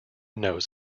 knows